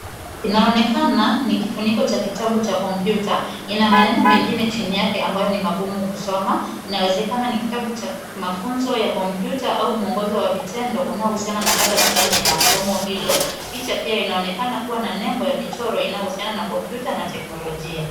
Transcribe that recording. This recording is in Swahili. Inaonekana ni kifunik cha kitabu cha kompyuta. Ina maneno mengine chini yake ambayo ni magumu kusoma. Inawezekana ni kitabu cha mafunzo ya kompyuta au mwongozo wa vitendo unaohusiana na mada fulani ya somo hilo. Picha pia inaonekana kuwa na nembo ya michoro inayohusiana na kompyuta na teknolojia.